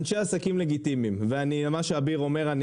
אנשי עסקים לגיטימיים ומה שאביר אומר,